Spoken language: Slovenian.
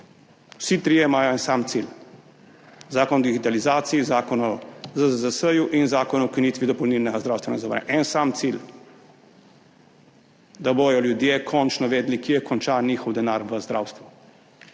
Vsi trije imajo en sam cilj, Zakon o digitalizaciji, Zakon o ZZZS in Zakon o ukinitvi dopolnilnega zdravstvenega zavarovanja, en sam cilj – da bodo ljudje končno vedeli, kje konča njihov denar v zdravstvu.